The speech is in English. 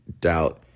doubt